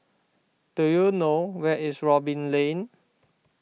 do you know where is Robin Lane